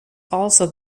also